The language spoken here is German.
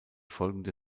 folgende